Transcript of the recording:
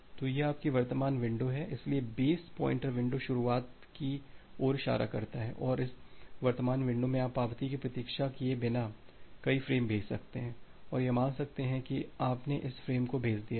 तो यह आपकी वर्तमान विंडो है इसलिए बेस पॉइंटर विंडो शुरुआत की ओर इशारा करता है और इस वर्तमान विंडो में आप पावती की प्रतीक्षा किए बिना कई फ्रेम भेज सकते हैं और यह मान सकते हैं कि आपने इस फ्रेम को भेज दिया है